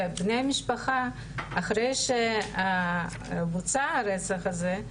בני משפחה אחרי שבוצע הרצח הזה,